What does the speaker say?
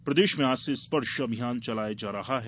क्ष्ठ रोग प्रदेश में आज से स्पर्श अभियान चलाया जा रहा है